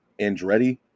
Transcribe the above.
Andretti